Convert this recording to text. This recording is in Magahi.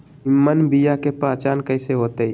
निमन बीया के पहचान कईसे होतई?